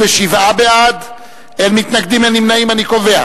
נא להצביע.